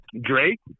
Drake